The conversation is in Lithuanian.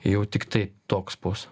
jau tiktai toks bus